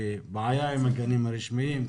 כי הבעיה עם גנים רשמיים,